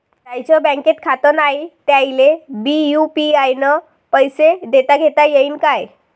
ज्याईचं बँकेत खातं नाय त्याईले बी यू.पी.आय न पैसे देताघेता येईन काय?